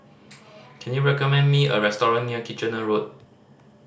can you recommend me a restaurant near Kitchener Road